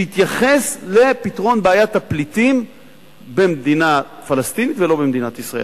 שהתייחס לפתרון בעיית הפליטים במדינה פלסטינית ולא במדינת ישראל.